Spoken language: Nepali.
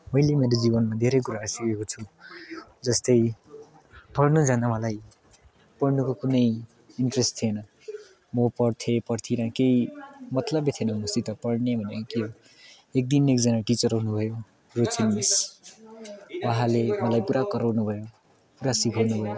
मैले मेरो जीवनमा धेरै कुराहरू सिकेको छु जस्तै पढ्नु जानु मलाई पढ्नुको कुनै इन्ट्रेस्ट थिएन म पढ्थेँ पढ्थिनँ केही मतलबै थिएन मसित पढ्ने भनेको के हो एकदिन एकजना टिचर अउनुभयो रोचिन मिस उहाँले मलाई पुरा कराउनुभयो पुरा सिकउनुभयो